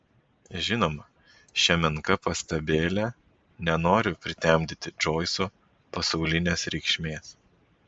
žinoma šia menka pastabėle nenoriu pritemdyti džoiso pasaulinės reikšmės